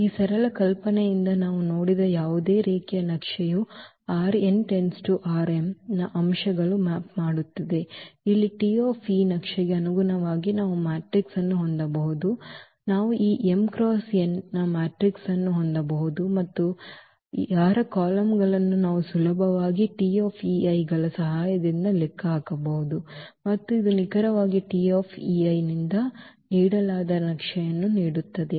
ಈ ಸರಳ ಕಲ್ಪನೆಯಿಂದ ನಾವು ನೋಡಿದ ಯಾವುದೇ ರೇಖೀಯ ನಕ್ಷೆಯು ನ ಅಂಶಗಳನ್ನು ಮ್ಯಾಪ್ ಮಾಡುತ್ತದೆ ಇಲ್ಲಿ ಈ T ನಕ್ಷೆಗೆ ಅನುಗುಣವಾಗಿ ನಾವು ಮ್ಯಾಟ್ರಿಕ್ಸ್ ಅನ್ನು ಹೊಂದಬಹುದು ನಾವು ಈ M ಕ್ರಾಸ್ n ನ ಮ್ಯಾಟ್ರಿಕ್ಸ್ ಅನ್ನು ಹೊಂದಬಹುದು ಮತ್ತು ಯಾರ ಕಾಲಮ್ಗಳನ್ನು ನಾವು ಸುಲಭವಾಗಿ ಈ ಗಳ ಸಹಾಯದಿಂದ ಲೆಕ್ಕ ಹಾಕಬಹುದು ಮತ್ತು ಇದು ನಿಖರವಾಗಿ ನಿಂದ ನೀಡಲಾದ ನಕ್ಷೆಯನ್ನು ನೀಡುತ್ತದೆ